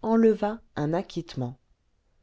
enleva un acquittement